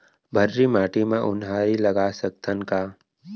भर्री माटी म उनहारी लगा सकथन का?